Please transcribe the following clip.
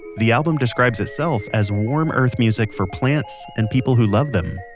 the album describes itself as warm earth music for plants and people who love them.